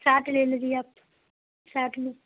ساٹھ لے لیجیے آپ ساٹھ میں